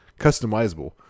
customizable